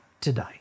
today